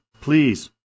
please